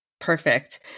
Perfect